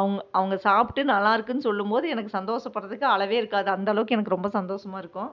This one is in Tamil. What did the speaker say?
அவங்க அவங்க சாப்பிட்டு நல்லாருக்குன்னு சொல்லும் போது சந்தோஷப்பட்றதுக்கு அளவே இருக்காது அந்தளவுக்கு எனக்கு ரொம்ப சந்தோஷமாக இருக்கும்